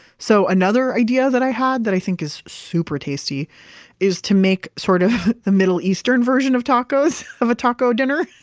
so another idea that i had that i think is super tasty is to make sort of the middle eastern version of tacos, of a taco dinner,